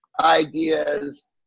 ideas